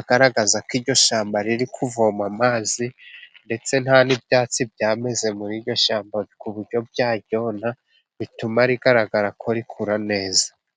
agaragaza ko iryo shyamba riri kuvoma amazi, ndetse nta n'ibyatsi byameze muri iryo shyamba ku buryo byaryona, bituma rigaragara ko rikura neza.